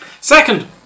Second